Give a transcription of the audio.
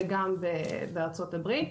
וגם בארצות הברית.